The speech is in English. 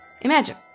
Imagine